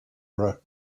era